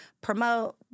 promote